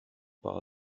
par